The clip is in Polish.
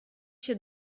się